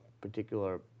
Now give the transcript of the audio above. particular